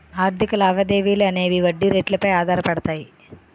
ఆర్థిక లావాదేవీలు అనేవి వడ్డీ రేట్లు పై ఆధారపడతాయి